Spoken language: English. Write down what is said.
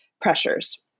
pressures